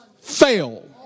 fail